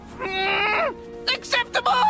acceptable